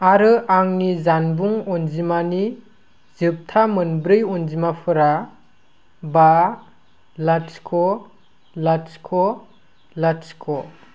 आरो आंनि जानबुं अनजिमानि जोबथा मोनब्रै अनजिमाफोरा बा लाथिख' लाथिख' लाथिख'